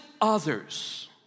others